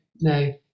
no